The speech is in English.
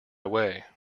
away